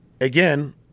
again